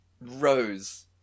rose